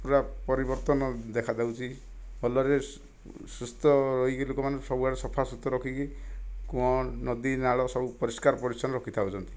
ପୂରା ପରିବର୍ତ୍ତନ ଦେଖାଯାଉଛି ଭଲରେ ସୁସ୍ଥ ରହିକି ଲୋକମାନେ ସବୁ ଆଡ଼େ ସଫା ସୁତୁରା ରଖିକି କୂଅ ନଦୀ ନାଳ ସବୁ ପରିଷ୍କାର ପରିଚ୍ଛନ୍ନ ରଖିଥାଉଛନ୍ତି